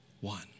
one